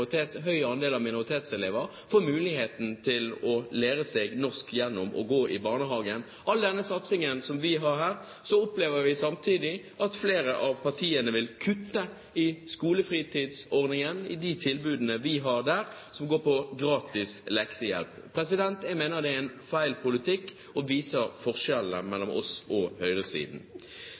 høy andel av minoritetselever får muligheten til å lære seg norsk ved å gå i barnehage. All denne satsingen har vi her. Samtidig opplever vi at flere av partiene vil kutte i skolefritidsordningen, i de tilbudene vi har, som gjelder gratis leksehjelp. Jeg mener det er feil politikk, og det viser forskjellene mellom oss og høyresiden.